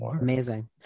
amazing